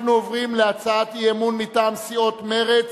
אנחנו עוברים להצעת אי-אמון מטעם סיעות מרצ